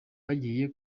bagiye